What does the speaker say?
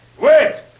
Wait